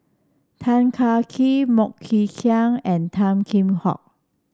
Tan Kah Kee MoK Ying Jang and Tan Kheam Hock